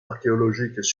archéologiques